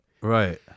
Right